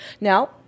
Now